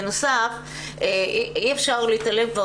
בנוסף אי אפשר להתעלם,